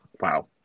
wow